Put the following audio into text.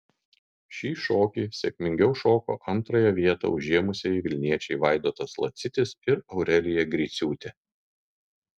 šį šokį sėkmingiau šoko antrąją vietą užėmusieji vilniečiai vaidotas lacitis ir aurelija griciūtė